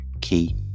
key